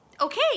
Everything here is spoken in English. Okay